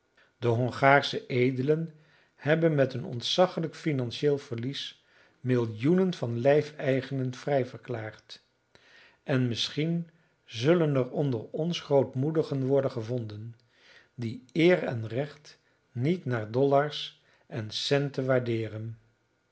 de hongaarsche edelen hebben met een ontzaglijk financieel verlies millioenen van lijfeigenen vrijverklaard en misschien zullen er onder ons grootmoedigen worden gevonden die eer en recht niet naar dollars en centen waardeeren